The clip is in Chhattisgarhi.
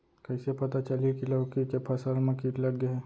कइसे पता चलही की लौकी के फसल मा किट लग गे हे?